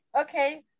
okay